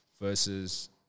versus